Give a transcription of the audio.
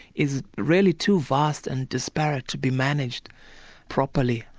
is really too vast and disparate to be managed properly.